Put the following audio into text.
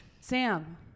Sam